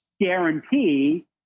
guarantee